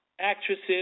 actresses